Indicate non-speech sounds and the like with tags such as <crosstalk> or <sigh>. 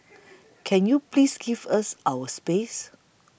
<noise> can you please give us our space